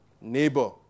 neighbor